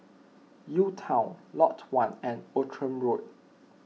UTown Lot one and Outram Road